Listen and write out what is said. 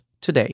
today